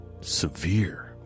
severe